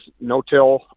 no-till